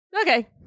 Okay